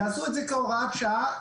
יעשו את זה כהוראת שעה,